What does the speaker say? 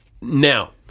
Now